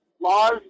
laws